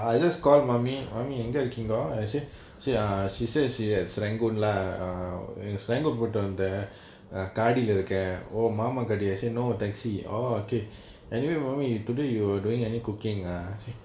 I just called mummy mummy எங்க இருகிங்கோ:enga irukingo I say say ya she says he had serangoon lah err serangoon போய்ட்டு வந்தா காட்டுடி:poyittu vanthaa kaatudi lah இருக்கா ஓன் மாமாக்கு அடியே:irukkaa on maamaaku adiyae she no taxi oo okay anyway mummy today you a doing any cooking ah